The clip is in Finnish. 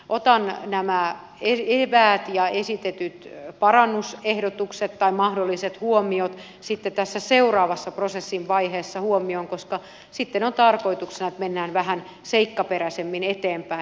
otan nämä eväät ja esitetyt parannusehdotukset tai mahdolliset huomiot sitten tässä seuraavassa prosessin vaiheessa huomioon koska sitten on tarkoituksena että mennään vähän seikkaperäisemmin eteenpäin